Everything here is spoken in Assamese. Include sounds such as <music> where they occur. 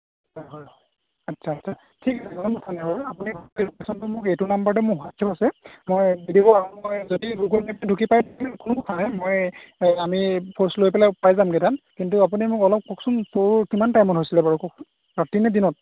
অঁ হয় আচ্ছা ঠিক আছে কোনো কথা নাই বাৰু আপুনি <unintelligible> লোকেচনটো এইটো নাম্বাৰতে মোৰ হোৱাটচআপ আছে মই যদি পাৰোঁ মই যদি গুগল মেপটো ঢুকি পায় তেতিয়া কোনফালে মই আমি ফৰ্চ লৈ পেলাই পাই যামগৈ তাত কিন্তু আপুনি মোক অলপ কওকচোন চুৰ কিমান টাইমত হৈছিলে বাৰু কওকচোন ৰাতি নে দিনত